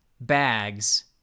bags